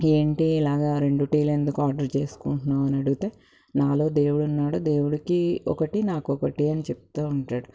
ఏంటి ఇలాగ రెండు టీలు ఎందుకు ఆర్డర్ చేసుకుంటున్నావ్ అని అడుగితే నాలో దేవుడున్నాడు దేవుడికి ఒకటి నాకొకటి అని చెప్తా ఉంటాడు